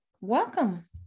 welcome